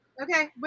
Okay